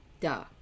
Duh